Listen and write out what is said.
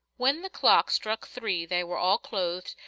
when the clock struck three they were all clothed,